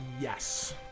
yes